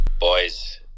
Boys